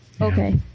Okay